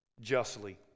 justly